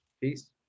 Peace